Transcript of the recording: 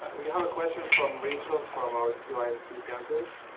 and we have a question from rachel from our so ah cymc campus.